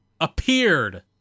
appeared